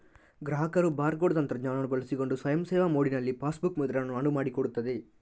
ಗ್ರಾಹಕರು bar code ತಂತ್ರಜ್ಞಾನವನ್ನು ಬಳಸಿಕೊಂಡು ಸ್ವಯಂ ಸೇವಾ ಮೋಡಿನಲ್ಲಿ ಪಾಸ್ಬುಕ್ ಮುದ್ರಣವನ್ನು ಅನುವು ಮಾಡಿಕೊಡುತ್ತದೆ